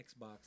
Xbox